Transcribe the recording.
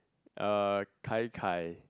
uh kai kai